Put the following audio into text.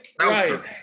Right